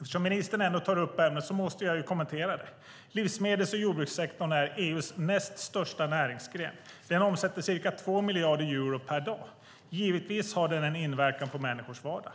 Eftersom ministern tar upp ämnet måste jag kommentera det: Livsmedels och jordbrukssektorn är EU:s nästa största näringsgren. Den omsätter ca 2 miljarder euro per dag. Givetvis har den en inverkan på människors vardag.